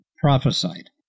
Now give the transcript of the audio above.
prophesied